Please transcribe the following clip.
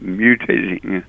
mutating